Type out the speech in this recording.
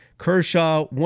Kershaw